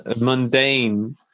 mundane